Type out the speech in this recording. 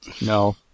No